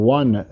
one